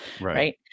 right